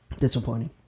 Disappointing